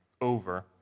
over